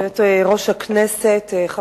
הצעה לסדר-היום מס' 2364. גברתי היושבת-ראש,